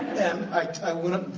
and i went up,